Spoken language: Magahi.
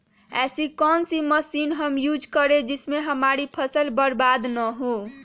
ऐसी कौन सी मशीन हम यूज करें जिससे हमारी फसल बर्बाद ना हो?